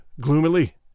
gloomily